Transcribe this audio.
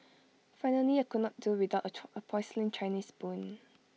finally I could not do without A porcelain Chinese spoon